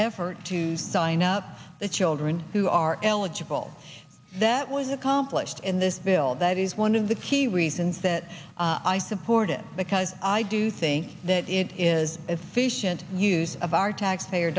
effort to sign up the children who are eligible that was accomplished in this bill that is one of the key reasons that i support it because i do think that it is efficient use of our taxpayer